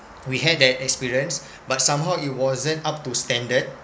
we had that experience but somehow it wasn't up to standard